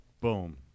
boom